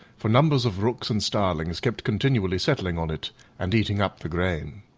for numbers of rooks and starlings kept continually settling on it and eating up the grain.